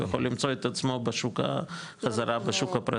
הוא יכול למצוא את עצמו חזרה בשוק הפרטי.